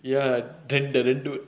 ya then the lan dude